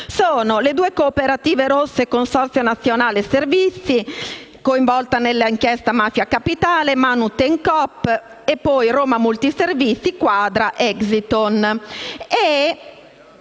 Sono le due cooperative rosse Consorzio nazionale servizi, coinvolta nell'inchiesta su Mafia Capitale, Manutencoop e poi Roma Multiservizi, Kuadra e Exitone.